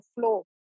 flow